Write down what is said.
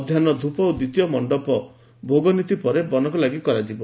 ମଧାହୁ ଧୂପ ଓ ଦ୍ୱିତୀୟ ମଣ୍ଡପ ଭୋଗ ନୀତି ପରେ ବନକ ଲାଗି କରାଯିବ